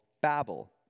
Babel